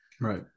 Right